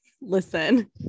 listen